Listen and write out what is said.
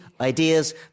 ideas